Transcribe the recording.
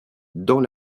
dans